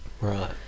Right